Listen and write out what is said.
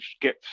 get